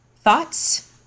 thoughts